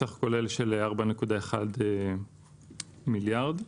בסך 1.4 מיליארד שקלים.